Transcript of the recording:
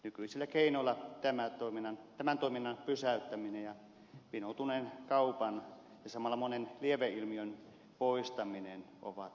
nykyisillä keinoilla tämän toiminnan pysäyttäminen ja vinoutuneen kaupan ja samalla monen lieveilmiön poistaminen ovat hankalia